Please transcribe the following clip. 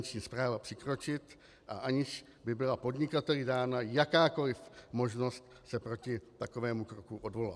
Finanční správa přikročit, a aniž by byla podnikateli dána jakákoli možnost se proti takovému kroku odvolat.